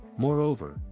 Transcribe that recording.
Moreover